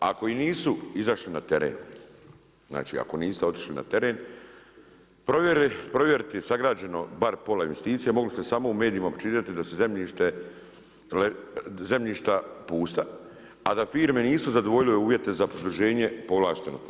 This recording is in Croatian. Ako i nisu, izašli na teren, znači ako nismo otišli na teren, provjeriti sagrađeno barem pola investicije, mogli ste samo u medijima pročitati da se zemljišta pusta, a da firme nisu zadovoljile uvjete za poslužene povlaštenosti.